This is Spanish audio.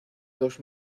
dos